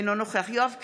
אינו נוכח יואב קיש,